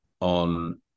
on